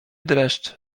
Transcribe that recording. dreszcz